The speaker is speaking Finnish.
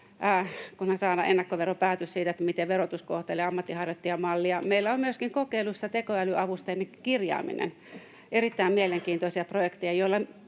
kunhan saadaan ennakkoveropäätös siitä, miten verotus kohtelee ammatinharjoittajamallia. Meillä on myöskin kokeilussa tekoälyavusteinen kirjaaminen. Erittäin mielenkiintoisia projekteja, joilla